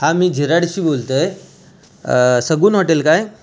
हा मी झीराडशी बोलतो आहे सगुण हॉटेल काय